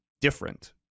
different